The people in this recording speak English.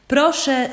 Proszę